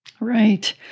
Right